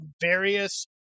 various